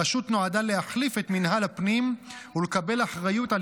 הרשות נועדה להחליף את מינהל הפנים ולקבל אחריות על